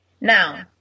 Now